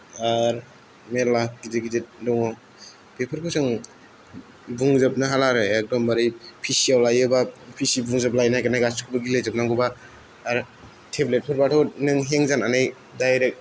आरो मेल्ला गिदिर गिदिर दङ बेफोरखौ जों बुंजोबनो हाला आरो एकदमबारे पिसिआव लायोबा पि सि बुंजोबलायनाय गेलेजोबनांगौबा आरो टेब्लेटफोरबाथ' नों हें जानानै दाइरेक्ट